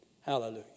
Hallelujah